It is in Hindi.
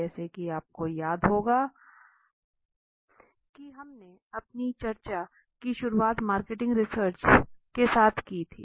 जैसा कि आपको याद होगा कि हमने अपनी चर्चा की शुरुआत मार्केटिंग रिसर्च के साथ की थी